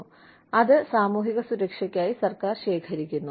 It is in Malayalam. കൂടാതെ അത് സാമൂഹിക സുരക്ഷയ്ക്കായി സർക്കാർ ശേഖരിക്കുന്നു